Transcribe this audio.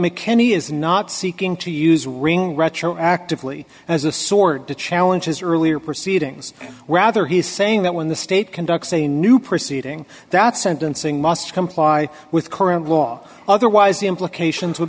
mckinney is not seeking to use ring retroactively as a sword to challenge his earlier proceedings rather he is saying that when the state conducts a new proceeding that sentencing must comply with current law otherwise the implications w